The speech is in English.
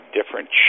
different